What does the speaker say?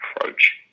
approach